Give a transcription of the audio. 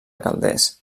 calders